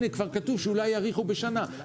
כבר כתוב שאולי יאריכו בשנה.